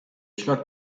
ślad